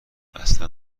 اصلا